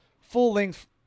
full-length